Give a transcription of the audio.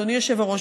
אדוני היושב-ראש,